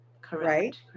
Correct